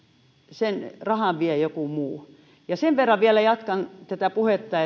sen rahan vie joku muu sen verran vielä jatkan tätä puhetta